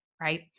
right